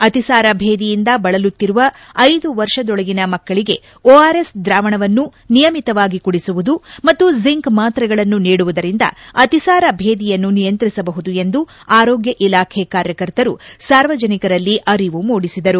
ಅತಿಸಾರ ಭೇದಿಯಿಂದ ಬಳಲುತ್ತಿರುವ ಐದು ವರ್ಷದೊಳಗಿನ ಮಕ್ಕಳಿಗೆ ಒಆರ್ಎಸ್ ದ್ರಾವಣವನ್ನು ನಿಯಮಿತವಾಗಿ ಕುಡಿಸುವುದು ಮತ್ತು ಝಿಂಕ್ ಮಾತ್ರೆಗಳನ್ನು ನೀಡುವುದರಿಂದ ಅತಿಸಾರ ಭೇದಿಯನ್ನು ನಿಯಂತ್ರಿಸಬಹುದು ಎಂದು ಆರೋಗ್ಡ ಇಲಾಖೆ ಕಾರ್ಯಕರ್ತರು ಸಾರ್ವಜನಿಕರಲ್ಲಿ ಅರಿವು ಮೂಡಿಸಿದರು